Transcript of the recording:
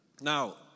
Now